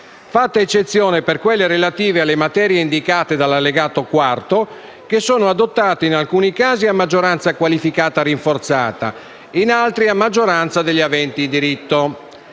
fatta eccezione per quelle relative alle materie indicate dall'Allegato IV che sono adottate in alcuni casi a maggioranza qualificata rinforzata, in altri a maggioranza degli aventi diritto.